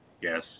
Yes